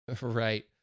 Right